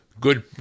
Good